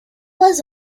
was